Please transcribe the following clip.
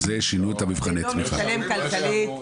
זה לא משתלם כלכלית.